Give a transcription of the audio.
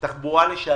שר התחבורה לשעבר.